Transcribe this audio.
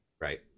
right